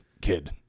kid